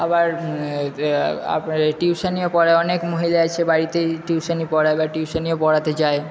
আবার টিউশানও পড়ায় অনেক মহিলা আছে বাড়িতে টিউশান পড়ায় বা টিউশানও পড়াতে যায়